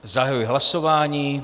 Zahajuji hlasování.